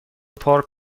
پارک